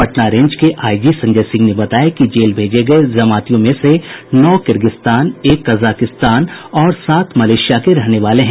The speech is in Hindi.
पटना रेंज के आईजी संजय सिंह ने बताया कि जेल भेजे गये जमातियों में से नौ किर्गिस्तान एक कजाकिस्तान और सात मलेशिया के रहने वाले हैं